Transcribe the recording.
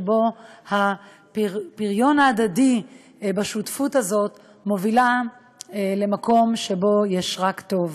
כי הפריון ההדדי בשותפות הזאת מוביל למקום שבו יש רק טוב.